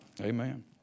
Amen